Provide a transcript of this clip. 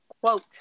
quote